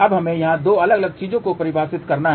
अब हमें यहां दो अलग अलग चीजों को परिभाषित करना है